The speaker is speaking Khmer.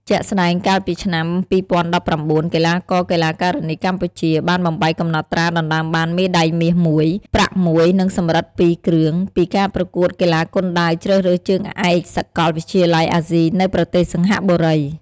ជាក់ស្តែង កាលពីឆ្នាំ ២០១៩ កីឡាករ-កីឡាការិនីកម្ពុជា បានបំបែកកំណត់ត្រាដណ្តើមបានមេដាយមាស ១ ប្រាក់ ១ និងសំរឹទ្ធ ២ គ្រឿង ពីការប្រកួតកីឡាគុនដាវជ្រើសរើសជើងឯកសាកលវិទ្យាល័យអាស៊ី នៅប្រទេសសិង្ហបុរី។